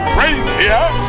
reindeer